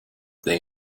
they